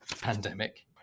pandemic